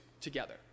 together